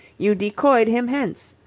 you decoyed him hence.